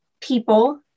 people